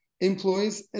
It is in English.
Employees